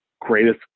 greatest